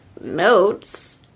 notes